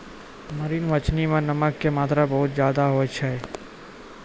marine मछली मॅ नमक के मात्रा बहुत ज्यादे होय छै